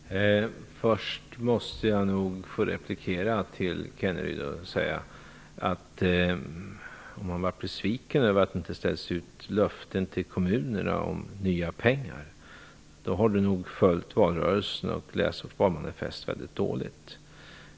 Herr talman! Först måste jag få replikera till Rolf Kenneryd att om han blev besviken över att det inte ställdes ut löften till kommunerna om nya pengar, har han nog följt valrörelsen och läst vårt valmanifest mycket dåligt.